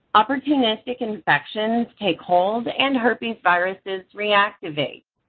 opportunistic infections take hold, and herpes viruses reactivate.